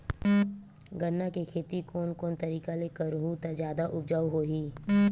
गन्ना के खेती कोन कोन तरीका ले करहु त जादा उपजाऊ होही?